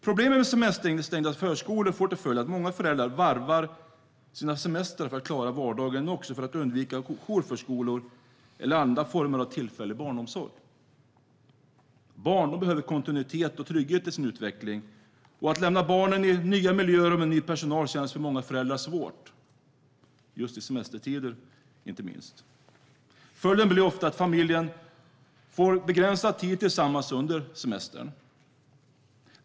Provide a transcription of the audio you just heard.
Problemet med semesterstängda förskolor får till följd att många föräldrar varvar sina semestrar för att klara vardagen men också för att undvika jourförskolor eller andra former av tillfällig barnomsorg. Barn behöver kontinuitet och trygghet i sin utveckling, och att lämna barnen i nya miljöer och med ny personal känns för många föräldrar svårt inte minst i semestertider. Följden blir ofta att familjen får begränsad tid tillsammans under semestern.